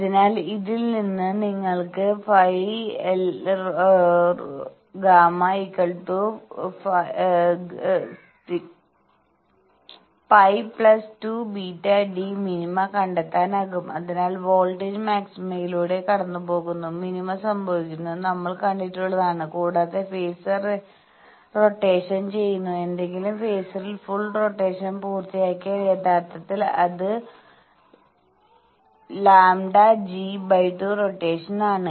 അതിനാൽ ഇതിൽ നിന്ന് നിങ്ങൾക്ക് φΓ π 2 βdmin കണ്ടെത്താനാകും അതിനാൽ വോൾട്ടേജ് മാക്സിമയിലൂടെ കടന്നുപോകുന്നു മിനിമ സംഭവിക്കുന്നത് നമ്മൾ കണ്ടിട്ടുള്ളതാണ് കൂടാതെ ഫേസർ റോറ്റേഷൻ ചെയ്യുന്ന ഏതെങ്കിലും ഫേസറിൽ ഫുൾ റൊട്ടേഷൻ പുറത്തിയാക്കിയാൽ യഥാർത്ഥത്തിൽ അത് λg2 റോറ്റേഷൻ ആണ്